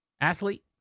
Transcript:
Athlete